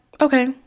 okay